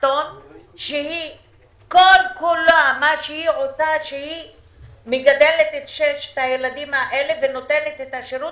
משפחתון שכל מה שהיא עושה זה גידול ששת הילדים האלה ונותנת את השירות,